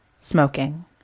Smoking